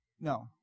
No